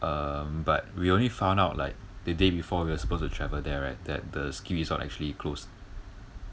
um but we only found out like the day before we were supposed to travel there right that the ski resort actually closed